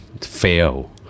fail